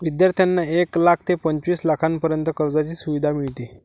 विद्यार्थ्यांना एक लाख ते पंचवीस लाखांपर्यंत कर्जाची सुविधा मिळते